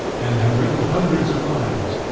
and had written hundreds of lines,